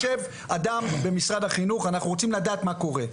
אנחנו רוצים לדעת מה קורה.